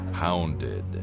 Hounded